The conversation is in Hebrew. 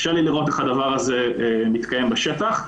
קשה לי לראות איך הדבר הזה מתקיים בשטח.